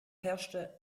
herrschte